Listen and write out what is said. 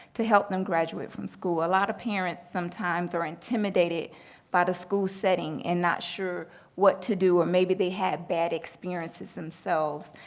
to help them graduate from school. a lot of parents sometimes are intimidated by the school setting and not sure what to do, or maybe they had bad experiences themselves.